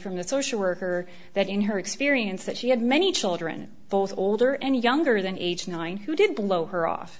from the social worker that in her experience that she had many children both older and younger than age nine who did blow her off